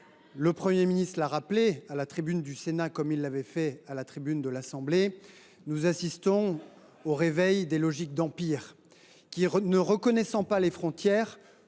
le Premier ministre l’a rappelé à la tribune du Sénat comme il l’avait fait à la tribune de l’Assemblée nationale –, nous assistons au réveil des logiques d’empires qui, ne reconnaissant pas les frontières,